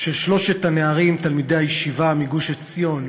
של שלושת הנערים תלמידי הישיבה מגוש-עציון,